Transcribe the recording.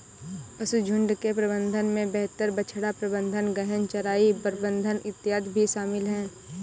पशुझुण्ड के प्रबंधन में बेहतर बछड़ा प्रबंधन, गहन चराई प्रबंधन इत्यादि भी शामिल है